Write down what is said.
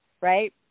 right